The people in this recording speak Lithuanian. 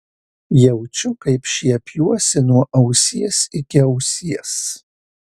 jaučiu kaip šiepiuosi nuo ausies iki ausies